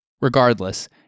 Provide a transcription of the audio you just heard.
Regardless